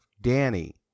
Danny